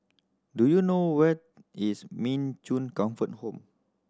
do you know where is Min Chong Comfort Home